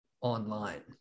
online